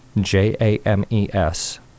J-A-M-E-S